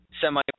semi